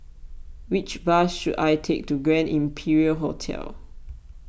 which bus should I take to Grand Imperial Hotel